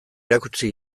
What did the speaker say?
erakutsi